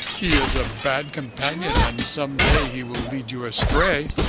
he is a bad companion and some day he will lead you astray